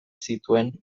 zituen